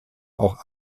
auch